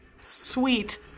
Sweet